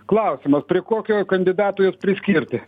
klausimas prie kokio kandidato juos priskirti